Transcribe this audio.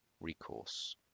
recourse